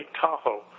tahoe